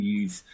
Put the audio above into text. use